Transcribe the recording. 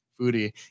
foodie